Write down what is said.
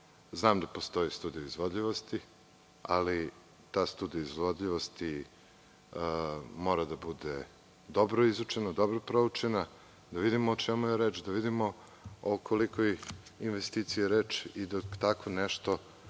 Znam da postoji studija izvodljivosti, ali ta studija izvodljivosti mora da bude dobro izučena, dobro proučena, da vidimo o čemu je reč, da vidimo o koliko je investiciji reč. Dok tako nešto